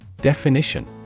Definition